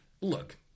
look